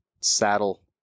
saddle